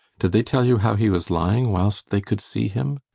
did they tell you how he was lying whilst they could see him?